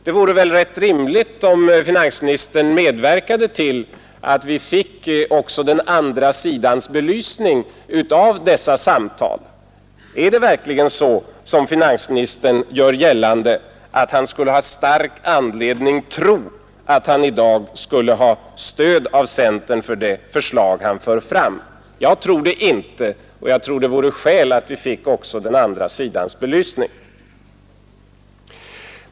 Det vore väl rimligt om finansministern medverkade till att vi fick också den andra sidans belysning av dessa samtal. : Är det verkligen som finansministern gör gällande, att han skulle ha stark anledning tro att han i dag skulle ha stöd av centern för det förslag han för fram? Jag tror det inte, och jag tror det vore skäl att vi fick också den andra sidans belysning.